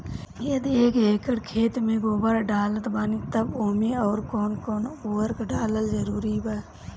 यदि एक एकर खेत मे गोबर डालत बानी तब ओमे आउर् कौन कौन उर्वरक डालल जरूरी बा?